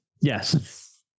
yes